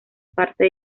parte